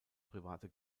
private